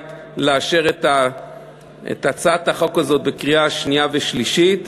לאשר את הצעת החוק הזאת בקריאה שנייה ושלישית.